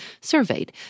surveyed